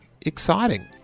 exciting